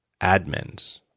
admins